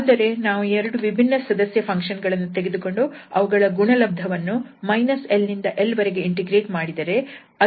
ಅಂದರೆ ನಾವು 2 ವಿಭಿನ್ನ ಸದಸ್ಯ ಫಂಕ್ಷನ್ ಗಳನ್ನು ತೆಗೆದುಕೊಂಡು ಅವುಗಳ ಗುಣಲಬ್ದವನ್ನು l ನಿಂದ l ವರೆಗೆ ಇಂಟಿಗ್ರೇಟ್ ಮಾಡಿದರೆ ಅದರ ಮೌಲ್ಯವು 0 ಆಗುತ್ತದೆ